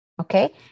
okay